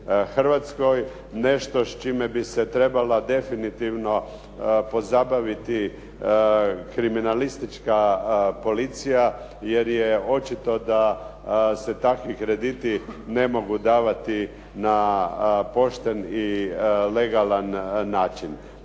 Hrvatskoj nešto čime bi se trebala definitivno pozabaviti kriminalistička policija, jer je očito da se takvi kretati ne mogu davati na pošten i legalan način.